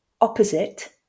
opposite